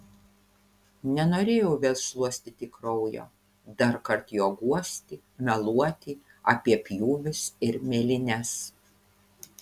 nenorėjau vėl šluostyti kraujo darkart jo guosti meluoti apie pjūvius ir mėlynes